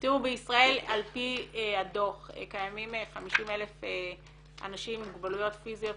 בישראל על פי הדוח קיימים 50,000 אנשים עם מוגבלויות פיזיות,